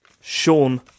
Sean